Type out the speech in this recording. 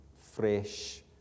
fresh